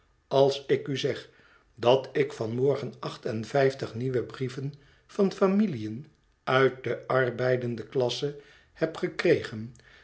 als ik u zeg dat ik van morgen acht en vijftig nieuwe brieven van familiën uit de arbeidende klasse heb gekregen